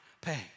pay